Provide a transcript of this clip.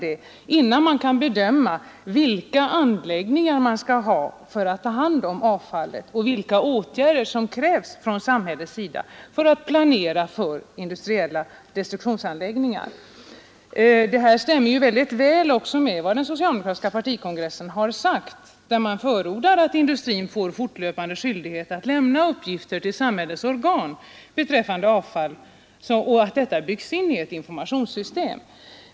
Detta måste man veta innan man bestämmer vilka anläggningar som behövs för att ta hand om avfallet och vilka åtgärder som krävs från samhällets sida för att planera för industriella destruktionsanläggningar. Detta stämmer också väl med vad den socialdemokratiska partikongressen har sagt. Kongressen förordade nämligen att industrin får fortlöpande skyldighet att lämna uppgifter beträffande avfall till samhällets organ och att detta byggs in i ett kommande informationssystem.